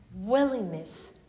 willingness